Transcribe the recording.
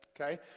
Okay